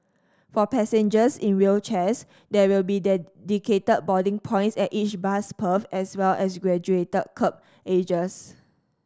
for passengers in wheelchairs there will be dedicated boarding points at each bus berth as well as graduated kerb edges